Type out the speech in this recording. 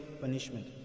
punishment